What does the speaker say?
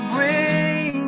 Bring